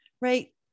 right